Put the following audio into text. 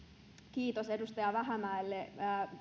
kiitos edustaja vähämäelle